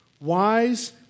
wise